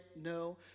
No